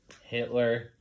Hitler